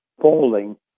falling